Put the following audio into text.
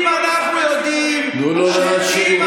אם אנחנו יודעים, תנו לו להשיב, חבר הכנסת פורר.